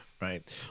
Right